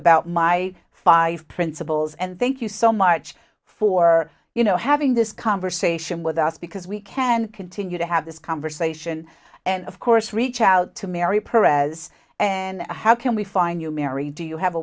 about my five principles and thank you so much for you know having this conversation with us because we can continue to have this conversation and of course reach out to mary pres and how can we find you mary do you have a